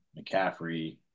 McCaffrey